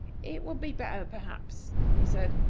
it would be better, perhaps, he said,